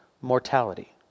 mortality